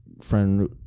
friend